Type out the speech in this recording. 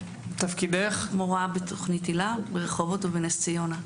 אני מורה בתוכנית היל"ה ברחובות ובנס ציונה.